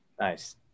Nice